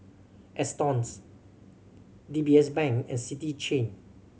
Astons D B S Bank and City Chain